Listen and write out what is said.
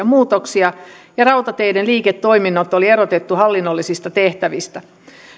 muutoksia ja rautateiden liiketoiminnot oli erotettu hallinnollisista tehtävistä